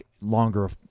longer